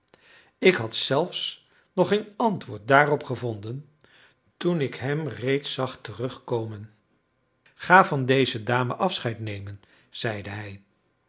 ik had zelfs nog geen antwoord daarop gevonden toen ik hem reeds zag terugkomen ga van deze dame afscheid nemen zeide hij